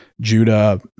Judah